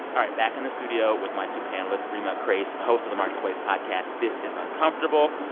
all right. back in the studio with my two panelists reema khrais, host of the marketplace podcast this is uncomfortable,